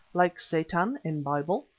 like satan in bible?